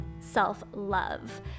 self-love